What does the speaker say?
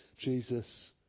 Jesus